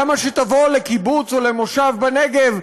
למה שתבוא לקיבוץ או למושב בנגב,